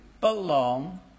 belong